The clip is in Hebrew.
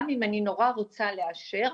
גם אם אני נורא רוצה לאשר,